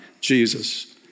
Jesus